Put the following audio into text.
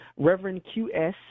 reverendqs